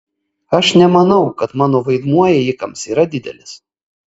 aš nemanau kad mano vaidmuo ėjikams yra didelis